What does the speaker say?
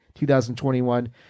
2021